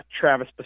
travis